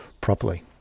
properly